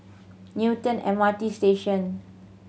Newton M R T Station